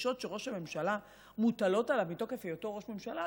דרישות שמוטלות עליו מתוקף היותו ראש ממשלה,